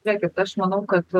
žiūrėkit aš manau kad